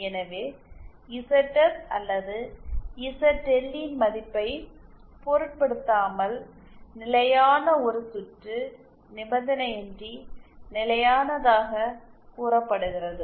எனவே இசட்எஸ் அல்லது இசட்எல் ன் மதிப்பைப் பொருட்படுத்தாமல் நிலையான ஒரு சுற்று நிபந்தனையின்றி நிலையானதாக கூறப்படுகிறது